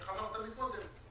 איך אמרת קודם?